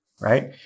right